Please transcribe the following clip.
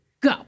go